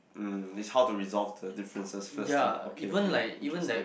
mm it's how to resolve the differences first lah okay okay interesting